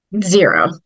Zero